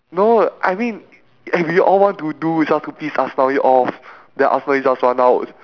no I mean eh we all want to do just to piss aslawi off then after that he just run out